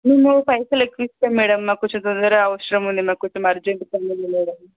మేము పైసలు ఎక్కువ ఇస్తాం మేడం మాకు కొంచం తొందరగా అవసరం ఉంది మాకు కొంచెం అర్జెంట్ పనులు ఉంది మేడం